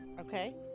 okay